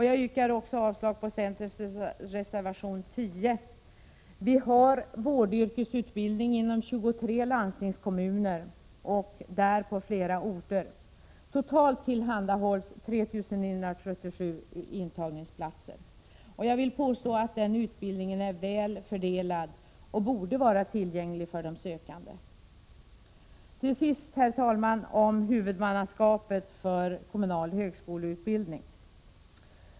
Jag yrkar avslag också på centerns reservation 10. Vi har vårdyrkesutbildning inom 23 landstingskommuner och där på flera orter. Totalt tillhandahålls 3 977 intagningsplatser. Jag vill påstå att den utbildningen är väl fördelad och borde vara tillgänglig för de sökande. Till sist, herr talman, om huvudmannaskapet för kommunal högskoleutbildning.